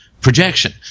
Projection